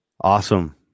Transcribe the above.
Awesome